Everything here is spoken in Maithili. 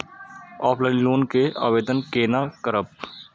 ऑफलाइन लोन के आवेदन केना करब?